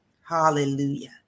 hallelujah